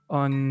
on